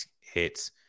hits